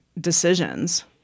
decisions